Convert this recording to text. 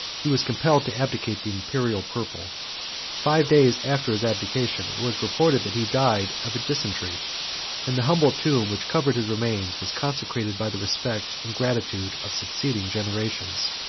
he was compelled to abdicate the imperial purple five days after his abdication, it was reported that he died of a dysentery and the humble tomb, which covered his remains, was consecrated by the respect and gratitude of succeeding generations.